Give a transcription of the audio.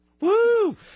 Woo